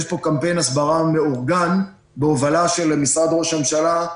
יש פה קמפיין הסברה מאורגן בהובלה של משרד ראש הממשלה,